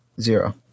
zero